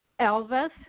Elvis